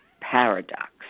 paradox